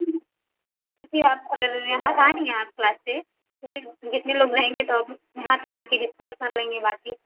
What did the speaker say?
तो फिर आप अगर यहाँ आ रही है आप क्लास से तो फिर जितने लोग रहेंगे तो अब यहाँ पर आकर डिस्कस कर लेंगे बाकी